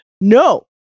no